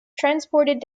transported